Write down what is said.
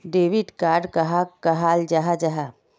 Debit card कहाक कहाल जाहा जाहा?